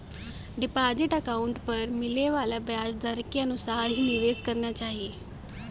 deposit account पर मिले वाले ब्याज दर के अनुसार ही निवेश करना चाही